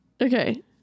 okay